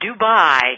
Dubai